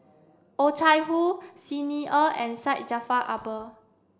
Oh Chai Hoo Xi Ni Er and Syed Jaafar Albar